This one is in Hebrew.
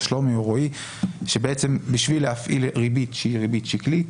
או שלומי או רועי - שבשביל להפעיל ריבית שהיא ריבית שקלית,